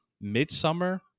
Midsummer